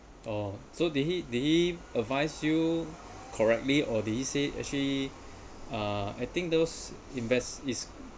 orh so did he did he advise you correctly or did he say actually uh I think those invest is